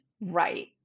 right